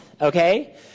okay